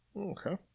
Okay